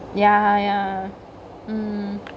ya ya mm